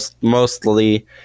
Mostly